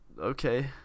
Okay